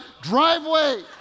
driveway